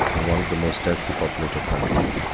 and one of the most densely populated countries.